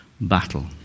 battle